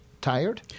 tired